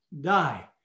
die